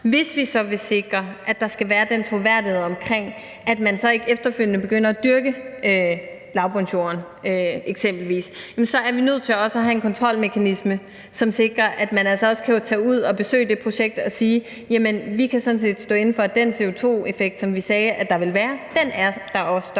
Hvis vi så vil sikre, at der skal være en troværdighed, at man så ikke efterfølgende eksempelvis begynder at dyrke lavbundsjorderne, er vi nødt til også at have en kontrolmekanisme, som sikrer, at man altså også kan tage ud og besøge det projekt og sige: Vi kan sådan set stå inde for, at den CO2-effekt, som vi sagde der ville være, også er der